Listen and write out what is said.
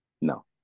No